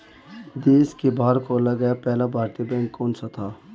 देश के बाहर खोला गया पहला भारतीय बैंक कौन सा था?